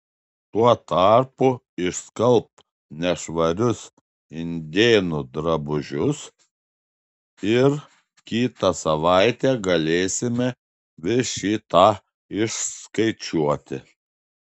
tuo tarpu išskalbk nešvarius indėnų drabužius ir kitą savaitę galėsime vis šį tą išskaičiuoti